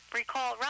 recall